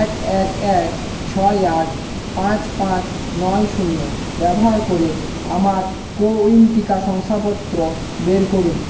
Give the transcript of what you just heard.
এক এক এক ছয় আট পাঁচ পাঁচ নয় শূন্য ব্যবহার করে আমার কোউইন টিকা শংসাপত্র বের করুন